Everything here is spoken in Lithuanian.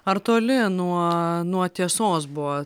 ar toli nuo nuo tiesos buvo